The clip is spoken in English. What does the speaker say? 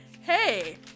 Hey